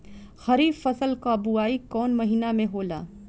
खरीफ फसल क बुवाई कौन महीना में होला?